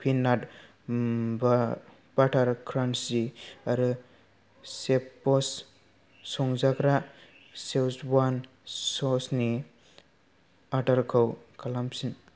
peanut बा butter crunchy आरो शेफबस संजाग्रा चेजवान ससनि अर्डारखौ खालामफिन